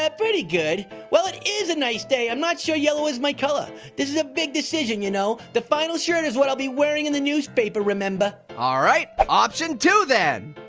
ah pretty good. while it is a nice day, i'm not sure yellow is my color. this is a big decision you know. the final shirt is what i'll be wearing in the newspaper, remember. all ah right, but option two, then.